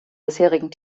bisherigen